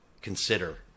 consider